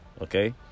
okay